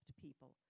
people